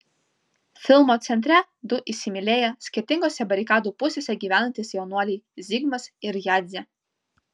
filmo centre du įsimylėję skirtingose barikadų pusėse gyvenantys jaunuoliai zigmas ir jadzė